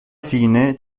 fine